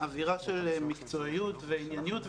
אווירה של מקצועיות וענייניות,